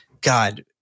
God